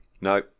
No